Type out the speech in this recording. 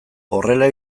horrela